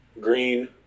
Green